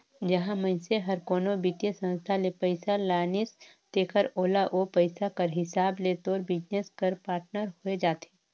जहां मइनसे हर कोनो बित्तीय संस्था ले पइसा लानिस तेकर ओला ओ पइसा कर हिसाब ले तोर बिजनेस कर पाटनर होए जाथे